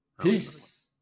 Peace